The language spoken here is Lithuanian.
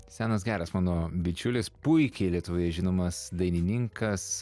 senas geras mano bičiulis puikiai lietuvoje žinomas dainininkas